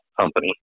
company